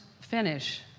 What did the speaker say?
finish